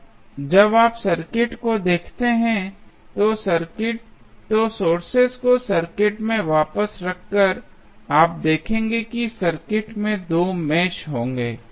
अब जब आप सर्किट को देखते हैं तो सोर्सेज को सर्किट में वापस रखकर आप देखेंगे कि सर्किट में 2 मेष होंगे